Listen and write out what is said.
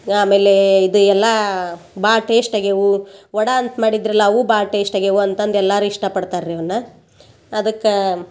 ಆಮೇಲೆ ಇದು ಎಲ್ಲ ಭಾಳ ಟೇಶ್ಟ್ ಆಗ್ಯವು ವಡೆ ಅಂತ ಮಾಡಿದ್ದರಲ್ಲ ಅವು ಭಾಳ ಟೇಶ್ಟ್ ಆಗ್ಯವು ಅಂತಂದು ಎಲ್ಲಾರು ಇಷ್ಟಪಡ್ತಾರೆ ರೀ ಅವನ್ನ ಅದಕ್ಕೆ